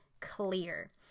clear